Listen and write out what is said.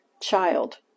child